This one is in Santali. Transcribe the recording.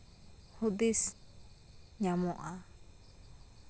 ᱦᱩᱫᱤᱥ ᱧᱟᱢᱚᱜᱼᱟ